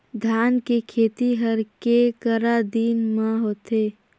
धान के खेती हर के करा दिन म होथे?